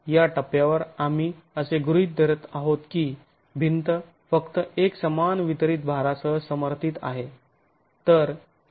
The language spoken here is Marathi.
या टप्प्यावर आम्ही असे गृहीत धरत आहोत की भिंत फक्त एकसमान वितरित भारासह समर्थित आहे